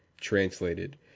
translated